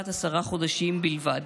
בת עשרה חודשים בלבד.